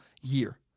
year